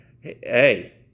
hey